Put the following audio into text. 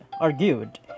argued